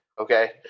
Okay